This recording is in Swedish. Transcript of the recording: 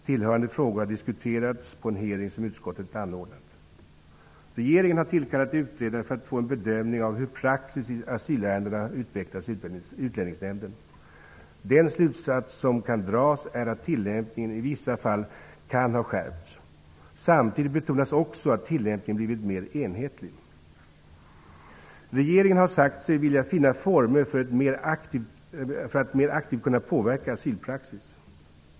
Tillhörande frågor har diskuterats på en utfrågning som utskottet anordnade. Regeringen har tillkallat utredare för att få en bedömning av hur Utlänningsnämndens praxis i asylärenden har utvecklats. Den slutsats som kan dras är att tillämpningen i vissa fall kan ha skärpts. Samtidigt betonas att tillämpningen har blivit mer enhetlig. Regeringen har sagt sig vilja finna former för att mer aktivt kunna påverka asylpraxis.